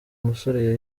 musore